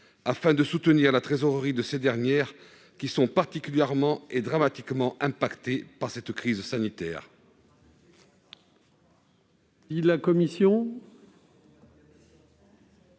s'agit de soutenir la trésorerie de ces dernières, qui sont particulièrement et dramatiquement impactées par cette crise sanitaire.